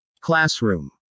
Classroom